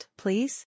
please